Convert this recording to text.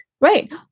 Right